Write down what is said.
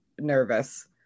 nervous